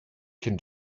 can